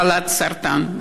מחלת הסרטן,